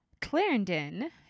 Clarendon